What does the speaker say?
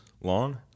long